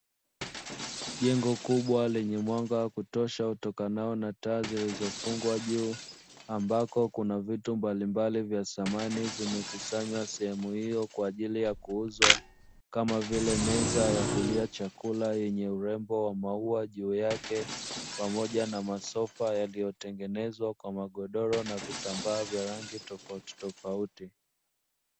Jengo kubwa lenye mwanga wa kutosha utokanao na taa zilizofungwa juu, ambako Kuna vitu mbalimbali vya samani vimekusanywa sehemu hiyo kwa ajili ya kuuzwa, kama vile: Meza ya kulia chakula yenye urembo wa maua juu yake pamoja na Masofa yaliyotengenezwa kwa magodoro na vitambaa vya rangi tofauti tofauti.